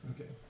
Okay